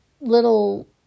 little